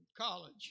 College